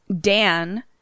Dan